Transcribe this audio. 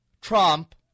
Trump